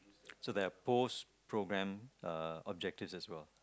so there are post program uh objectives as well